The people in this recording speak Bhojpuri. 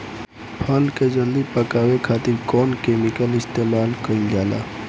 फल के जल्दी पकावे खातिर कौन केमिकल इस्तेमाल कईल जाला?